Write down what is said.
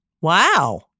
Wow